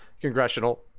congressional